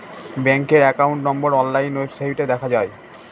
ব্যাঙ্কের account number online ওয়েবসাইটে দেখা যায়